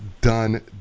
done